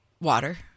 water